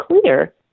clear